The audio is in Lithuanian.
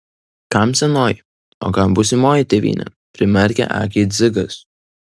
kam senoji o kam būsimoji tėvynė primerkė akį dzigas